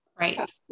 Right